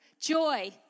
Joy